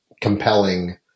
compelling